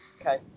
Okay